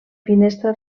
finestra